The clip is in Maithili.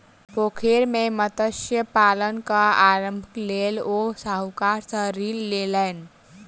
पोखैर मे मत्स्य पालन के आरम्भक लेल ओ साहूकार सॅ ऋण लेलैन